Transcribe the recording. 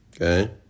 Okay